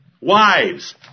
Wives